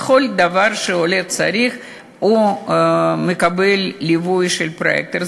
בכל דבר שעולה צריך הוא מקבל ליווי של פרויקטור.